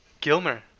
Gilmer